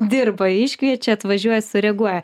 dirba iškviečia atvažiuoja sureaguoja